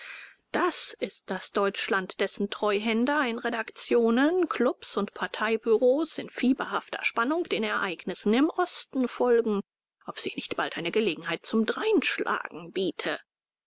das ist das deutschland dessen treuhänder in redaktionen klubs und parteibureaus in fieberhafter spannung den ereignissen im osten folgen ob sich nicht bald eine gelegenheit zum dreinschlagen biete